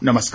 नमस्कार